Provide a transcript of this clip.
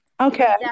Okay